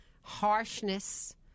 harshness